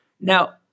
Now